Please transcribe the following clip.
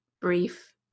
Brief